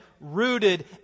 rooted